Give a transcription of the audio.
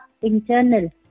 internal